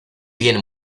bien